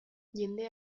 jende